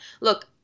Look